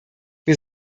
wir